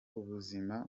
ubuzima